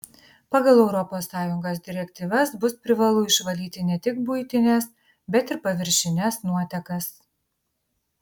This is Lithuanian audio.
pagal europos sąjungos direktyvas bus privalu išvalyti ne tik buitines bet ir paviršines nuotekas